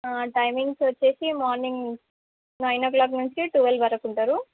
timings వచ్చేసి morning nine o'clock నుంచి twelve వరకు ఉంటారు